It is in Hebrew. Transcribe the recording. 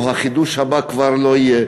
או החידוש הבא כבר לא יהיה.